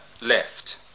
left